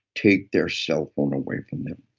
take their cell phone away from them.